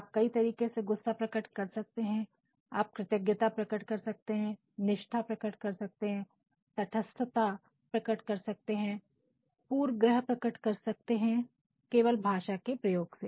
आप कई तरीके से गुस्सा प्रकट कर सकते है आप कृतज्ञता प्रकट कर सकते है निष्ठा प्रकट कर सकते है तटस्थता प्रकट कर सकते है पूर्व गृह प्रकट कर सकते है केवल भाषा के प्रयोग से